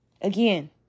Again